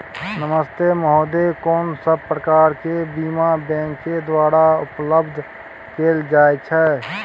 नमस्ते महोदय, कोन सब प्रकार के बीमा बैंक के द्वारा उपलब्ध कैल जाए छै?